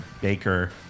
Baker